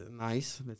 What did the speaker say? nice